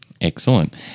Excellent